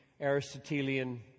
Aristotelian